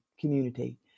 community